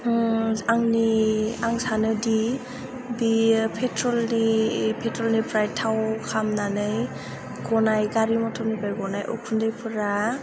आंनि आं सानोदि बियो पेट्रलनि पेट्रलनिफ्राय थाव खामनानै गनाय गारि मटरनिफ्राय गनाय उखुन्दैफोरा